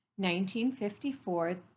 1954